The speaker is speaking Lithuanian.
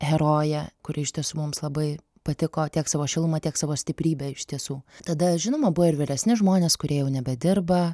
herojė kuri iš tiesų mums labai patiko tiek savo šiluma tiek savo stiprybe iš tiesų tada žinoma buvo ir vyresni žmonės kurie jau nebedirba